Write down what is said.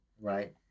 Right